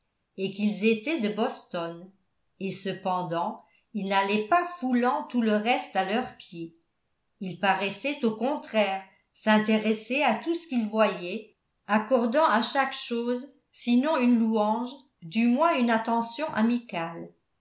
et qu'ils étaient de boston et cependant ils n'allaient pas foulant tout le reste à leurs pieds ils paraissaient au contraire s'intéresser à tout ce qu'ils voyaient accordant à chaque chose sinon une louange du moins une attention amicale